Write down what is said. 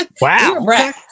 Wow